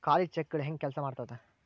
ಖಾಲಿ ಚೆಕ್ಗಳ ಹೆಂಗ ಕೆಲ್ಸಾ ಮಾಡತದ?